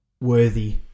worthy